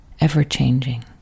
ever-changing